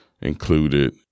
included